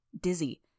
dizzy